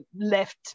left